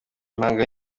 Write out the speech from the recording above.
impanga